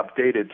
updated